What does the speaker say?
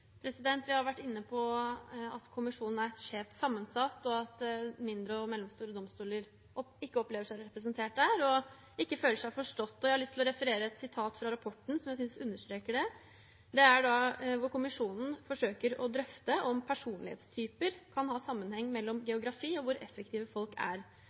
Vi har vært inne på at kommisjonen er skjevt sammensatt, og at mindre og mellomstore domstoler ikke opplever seg representert der og ikke føler seg forstått. Jeg har lyst til å referere et sitat fra rapporten som jeg synes understreker det, der kommisjonen forsøker å drøfte om personlighetstyper kan ha sammenheng mellom geografi og hvor effektive folk er.